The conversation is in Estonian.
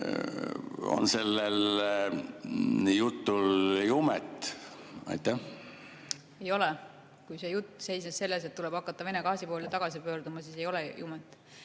On sellel jutul jumet? Ei ole. Kui see jutt seisnes selles, et tuleb hakata Vene gaasi poole tagasi pöörduma, siis ei ole sel